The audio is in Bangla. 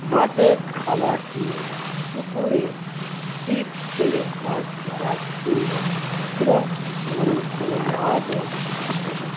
মাছের খাবার দিয়ে পুকুরে ছিপ ফেলে মাছ ধরার জন্য এবং বড়ো বড়ো মাছও ওঠে